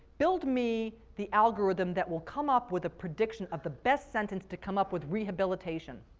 build me the algorithm that will come up with a prediction of the best sentence to come up with rehabilitation.